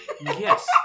yes